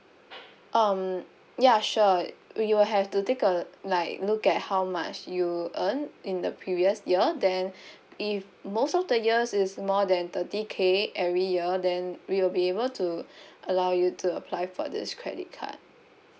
um ya sure you'll have to take uh like look at how much you earn in the previous year then if most of the years is more than thirty K every year then we'll be able to allow you to apply for this credit card